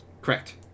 Correct